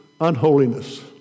unholiness